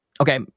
Okay